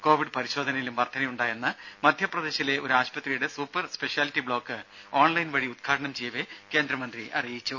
Covid പരിശോധനയിലും വർദ്ധനയുണ്ടായെന്ന് മധ്യപ്രദേശിലെ ഒരു ആശുപത്രിയുടെ സൂപ്പർ സ്പെഷ്യാലിറ്റി ബ്ലോക്ക് ഓൺലൈൻ വഴി ഉദ്ഘാടനം ചെയ്യവെ കേന്ദ്രമന്ത്രി പറഞ്ഞു